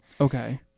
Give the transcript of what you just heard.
Okay